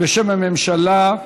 בשם הממשלה,